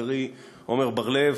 חברי עמר בר-לב,